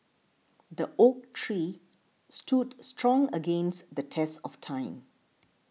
the oak tree stood strong against the test of time